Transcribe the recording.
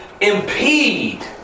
impede